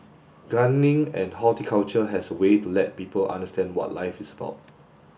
gardening and horticulture has a way to let people understand what life is about